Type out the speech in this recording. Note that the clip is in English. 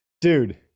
Dude